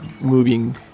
moving